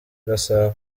gasabo